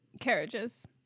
carriages